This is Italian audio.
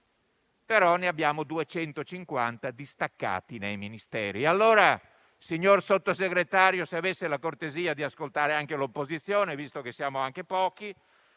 però ne abbiamo 250 distaccati nei Ministeri.